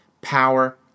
power